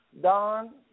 Don